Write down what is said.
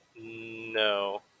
No